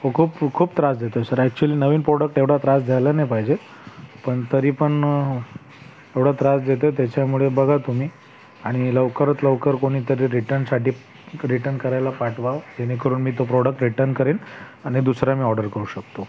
हो खूप खूप त्रास देतो आहे सर ॲक्च्युली नवीन प्रॉडक्ट एवढा त्रास द्यायला नाही पाहिजे पण तरी पण एवढा त्रास देतो आहे त्याच्यामुळे बघा तुम्ही आणि लवकरात लवकर कोणीतरी रिटनसाठी रिटन करायला पाठवा जेणेकरून मी तो प्रॉडक्ट रिटन करेन आणि दुसरा मी ऑर्डर करू शकतो